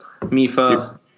mifa